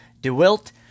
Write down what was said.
DeWilt